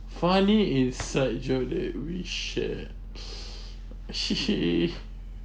funny inside joke that we share